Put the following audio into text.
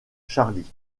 charlie